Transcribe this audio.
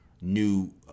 new